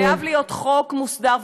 חייב להיות חוק מוסדר.